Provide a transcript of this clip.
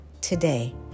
today